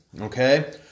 okay